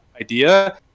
idea